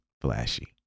flashy